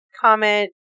comment